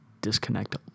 disconnect